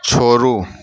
छोड़ू